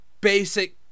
basic